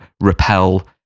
repel